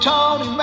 Tony